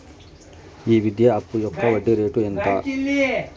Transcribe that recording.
ఈ విద్యా అప్పు యొక్క వడ్డీ రేటు ఎంత?